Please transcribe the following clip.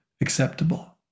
acceptable